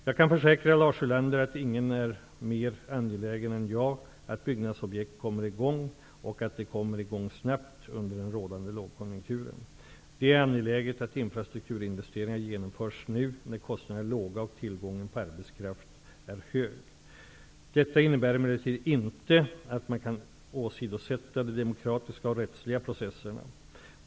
Jag kan försäkra Lars Ulander att ingen är mer angelägen än jag att byggnadsprojekt kommer i gång och att de kommer i gång snabbt under den rådande lågkonjunkturen. Det är angeläget att infrastrukturinvesteringar genomförs nu när kostnaderna är låga och tillgången på arbetskraft är hög. Detta innebär emellertid inte att man kan åsidosätta de demokratiska och rättsliga processerna.